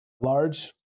large